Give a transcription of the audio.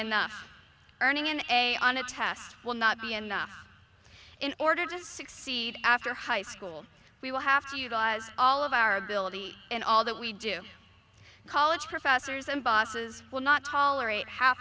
enough earning an a on a test will not be enough in order to succeed after high school we will have to utilize all of our ability and all that we do college professors and bosses will not tolerate half